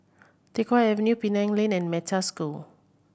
Teck Whye Avenue Penang Lane and Metta School